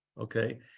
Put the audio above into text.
okay